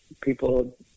people